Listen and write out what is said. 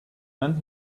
then